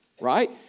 Right